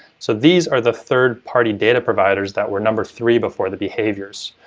so these are the third party data providers that were number three before the behaviors.